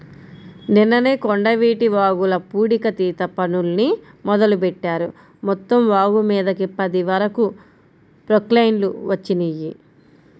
నిన్ననే కొండవీటి వాగుల పూడికతీత పనుల్ని మొదలుబెట్టారు, మొత్తం వాగుమీదకి పది వరకు ప్రొక్లైన్లు వచ్చినియ్యి